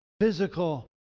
physical